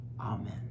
Amen